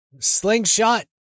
Slingshot